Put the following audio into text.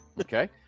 Okay